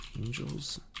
Angel's